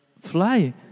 fly